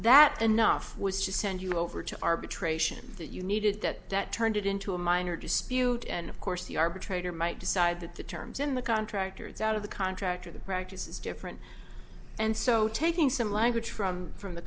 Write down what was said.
that enough was just send you over to arbitration that you needed that that turned it into a minor dispute and of course the arbitrator might decide that the terms in the contract or it's out of the contract or the practice is different and so taking some language from from the